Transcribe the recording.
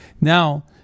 Now